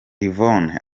yvonne